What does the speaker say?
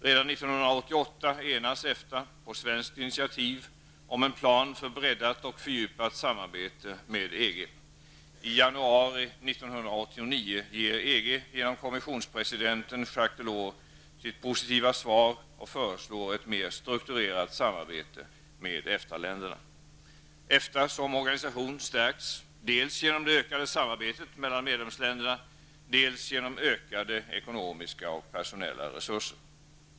Redan 1988 enades EFTA, på svenskt initiativ, om en plan för breddat och fördjupat samarbete med EG. I januari 1989 gav EG, genom kommissionspresidenten Jacques Delors, sitt positiva svar och föreslog ett mer strukturerat samarbete med EFTA-länderna. EFTA som organisation stärks, dels genom det ökade samarbetet mellan medlemsländerna, dels genom ökade ekonomiska och personella resurser.